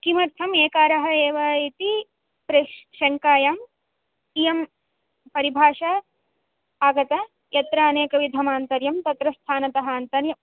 किमर्थम् एकारः एव इति शङ्खायाम् इयं परिभाषा आगता यत्र अनेकविधमान्तर्यं तत्र स्थानतः आन्तर्यं